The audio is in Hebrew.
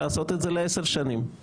לעשות את זה לעשר שנים.